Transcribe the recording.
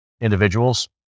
individuals